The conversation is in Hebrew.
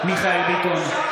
(קורא בשמות חברי הכנסת) מיכאל מרדכי ביטון,